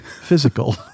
Physical